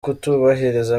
kutubahiriza